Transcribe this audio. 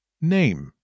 name